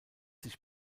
sich